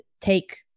take